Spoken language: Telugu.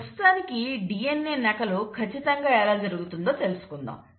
ప్రస్తుతానికి DNA నకలు కచ్చితంగా ఎలా జరుగుతుందో తెలుసుకుందాం